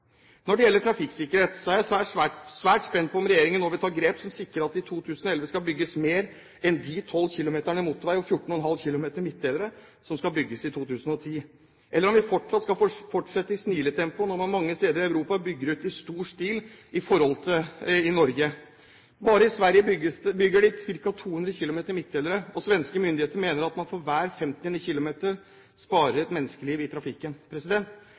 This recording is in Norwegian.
Når det gjelder trafikksikkerhet, er jeg svært spent på om regjeringen nå vil ta grep som sikrer at det i 2011 skal bygges mer enn de 12 km motorvei og 14,5 km midtdelere som skal bygges i 2010, eller om vi fortsatt skal fortsette i sniletempo, når man mange steder i Europa bygger ut i stor stil i forhold til i Norge. Bare i Sverige bygger de ca. 200 km midtdelere, og svenske myndigheter mener at man for hver 50 km sparer et menneskeliv i trafikken.